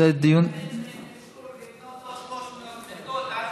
לתת להם אישור לקנות עוד 300 מיטות,